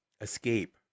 escape